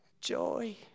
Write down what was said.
joy